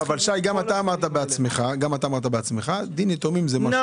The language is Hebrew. שי, גם אתה אמרת שדין יתומים זה משהו אחר.